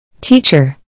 Teacher